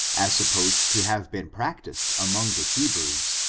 as supposed to have been practiced among the hebrews,